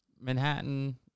Manhattan